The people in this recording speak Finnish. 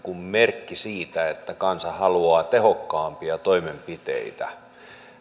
merkki siitä että kansa haluaa tehokkaampia toimenpiteitä